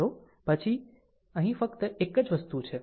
અહીં અહીં ફક્ત એક જ વસ્તુ છે